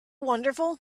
wonderful